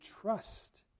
trust